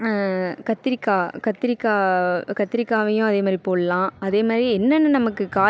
கத்திரிக்காய் கத்திரிக்காய் கத்திரிக்காவையும் அதேமாதிரி போடலாம் அதேமாதிரி என்னென்ன நமக்கு காய்